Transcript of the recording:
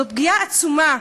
זאת פגיעה עצומה,